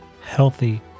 healthy